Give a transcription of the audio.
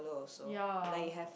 ya